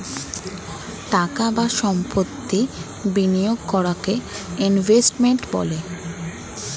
টাকা বা সম্পত্তি বিনিয়োগ করাকে ইনভেস্টমেন্ট বলে